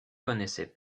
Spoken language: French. connaissait